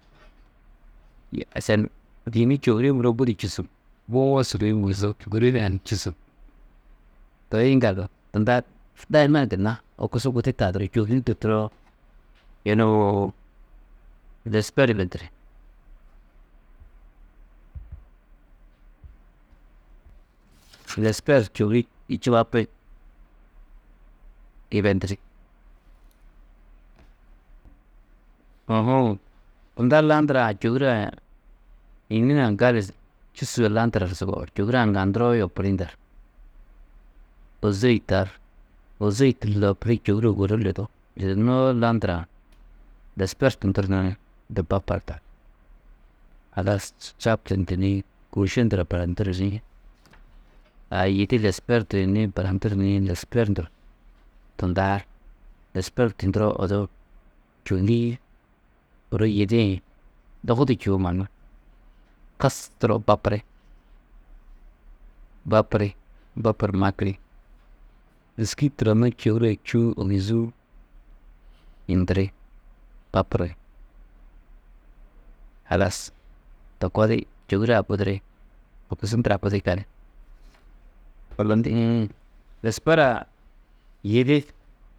Ašan yîni čôhurii-ĩ budi čûsu, buwo sûgoi mozú, gûri hunã ni čûsu, toi yiŋgaldu tunda daiman gunna horkusu gudi tadurú čôhuri durturoo, yunu lespeer yibendiri, lespeer čôhuri čubapi, yibendiri. U huũ tunda lundurã čôhure-ã yîni hunã ni gali čûsuo landuru sugoo, čôhure-ã ŋga nduroo yopuri ndar? Ôze yûtaar, ôze yûturu yopuri, čôhure guru lidú, lidunoó landurã lespeer tunduru nani, du bapar ndar. Halas čabtudundu ni kôuše ndura baranduru ni aa yidi lespeer tuyunĩ baranduru ni lespeer ndur tundaar, Lespeer tunduroo odu čôhuri-ĩôro yidi-ĩ hi dogu du čûwo mannu kasturoo bapiri. Bapiri, bapuru makiri, dûski turonnu čôhure čû, ôguzuu yunu ndiri, bapiri, halas to koo di čôhure-ã buduri, horkusu ndurã budi gali. lespeer-ã yidi.